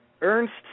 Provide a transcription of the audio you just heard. Ernst